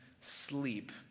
sleep